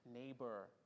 neighbor